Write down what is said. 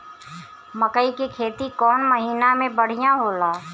मकई के खेती कौन महीना में बढ़िया होला?